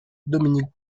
dominique